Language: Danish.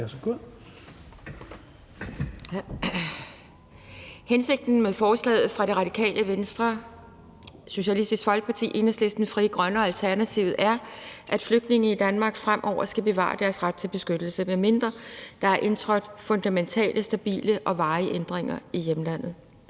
Hensigten med forslaget fra Radikale Venstre, Socialistisk Folkeparti, Enhedslisten, Frie Grønne og Alternativet er, at flygtninge i Danmark fremover skal bevare deres ret til beskyttelse, medmindre der er indtrådt fundamentale, stabile og varige ændringer i hjemlandet.